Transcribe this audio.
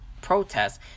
protests